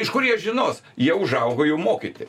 iš kur jie žinos jie užaugo jau mokyti